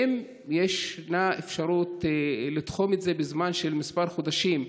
האם יש אפשרות לתחום את זה בזמן של כמה חודשים?